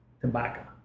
tobacco